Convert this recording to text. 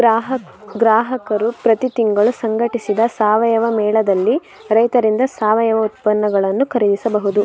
ಗ್ರಾಹಕರು ಪ್ರತಿ ತಿಂಗಳು ಸಂಘಟಿಸಿದ ಸಾವಯವ ಮೇಳದಲ್ಲಿ ರೈತರಿಂದ ಸಾವಯವ ಉತ್ಪನ್ನಗಳನ್ನು ಖರೀದಿಸಬಹುದು